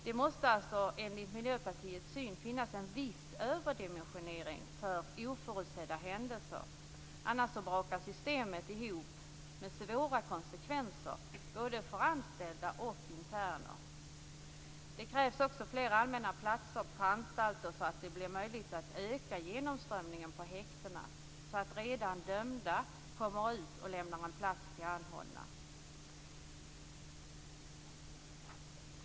Det måste enligt Miljöpartiets syn finnas en viss överdimensionering för oförutsedda händelser, annars brakar systemet ihop med svåra konsekvenser både för anställda och interner. Det krävs också flera allmänna platser på anstalter, så att det blir möjligt att öka genomströmningen på häktena. Då kommer redan dömda ut och lämnar en plats till anhållna.